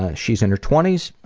ah she's in her twenty s,